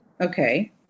Okay